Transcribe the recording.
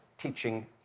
teaching